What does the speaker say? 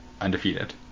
undefeated